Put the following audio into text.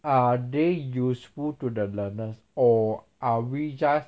are they useful to the learners or are we just